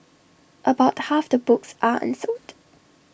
about half the books are unsold